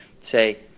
say